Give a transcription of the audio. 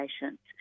patients